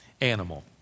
animal